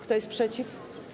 Kto jest przeciw?